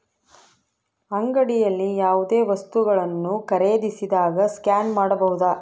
ಅಂಗಡಿಯಲ್ಲಿ ಯಾವುದೇ ವಸ್ತುಗಳನ್ನು ಖರೇದಿಸಿದಾಗ ಸ್ಕ್ಯಾನ್ ಮಾಡಬಹುದಾ?